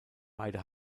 beide